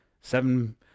Seven